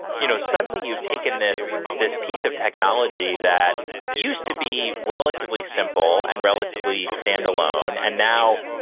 you know suddenly, you've taken this this piece of technology that used to be relatively simple and relatively standalone, and now,